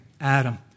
Adam